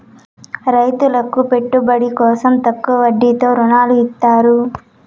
రైతులకు పెట్టుబడి కోసం తక్కువ వడ్డీతో ఋణాలు ఇత్తారు